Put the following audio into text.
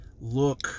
look